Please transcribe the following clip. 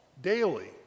daily